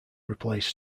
replaced